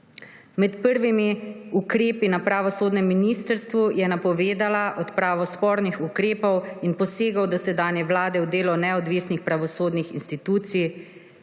Med prvimi ukrepi na pravosodnem ministrstvu je napovedala odpravo spornih ukrepov in posegov dosedanje vlade v delo neodvisnih pravosodnih institucij,